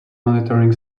monitoring